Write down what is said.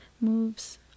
moves